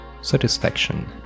Satisfaction